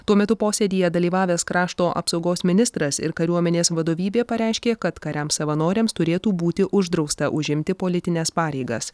tuo metu posėdyje dalyvavęs krašto apsaugos ministras ir kariuomenės vadovybė pareiškė kad kariams savanoriams turėtų būti uždrausta užimti politines pareigas